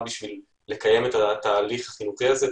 בשביל לקיים את התהליך החינוכי הזה.